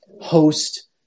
host